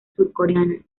surcoreana